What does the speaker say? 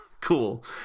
cool